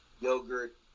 yogurt